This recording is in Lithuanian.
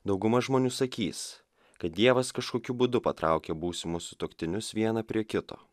dauguma žmonių sakys kad dievas kažkokiu būdu patraukė būsimus sutuoktinius vieną prie kito